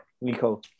Nico